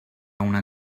una